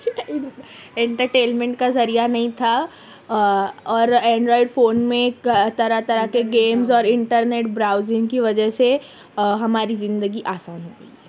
entertainment کا ذریعہ نہیں تھا اور اینڈرائڈ فون میں طرح طرح کے گیمز اور انٹرنیٹ براؤزنگ کی وجہ سے ہماری زندگی آسان ہو گئی ہے